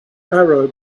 arab